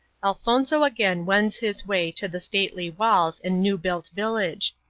elfonzo again wends his way to the stately walls and new-built village.